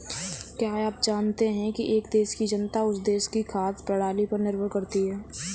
क्या आप जानते है एक देश की जनता उस देश की खाद्य प्रणाली पर निर्भर करती है?